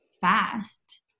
fast